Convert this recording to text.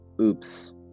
Oops